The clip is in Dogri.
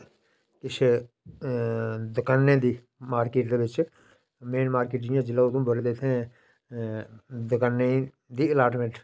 किश दकाने दी मार्किट दे बिच मेन मार्किट जि'यां जिला धमपुर दे उत्थै दकाने दी अलाटमैंट